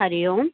Hari Om